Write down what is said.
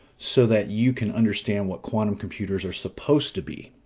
so that you can understand what quantum computers are supposed to be.